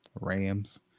Rams